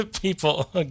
people